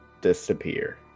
disappear